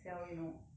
cause